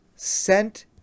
sent